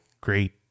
great